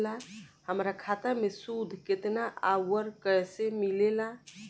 हमार खाता मे सूद केतना आउर कैसे मिलेला?